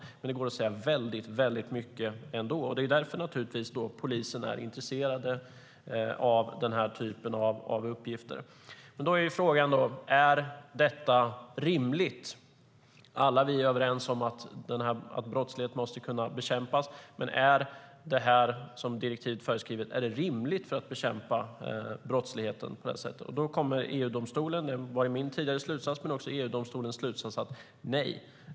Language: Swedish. Det går att säga väldigt mycket ändå. Det är naturligtvis därför polisen är intresserad av den här typen av uppgifter. Då är frågan: Är detta rimligt? Vi är alla överens om att brottslighet måste kunna bekämpas, men är det som direktivet föreskriver rimligt för att bekämpa brottsligheten? Min slutsats men också EU-domstolens slutsats är nej.